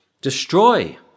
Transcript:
Destroy